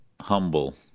humble